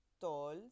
Tall